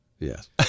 Yes